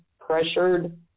pressured